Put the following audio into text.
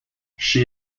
she